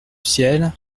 ciel